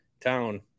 town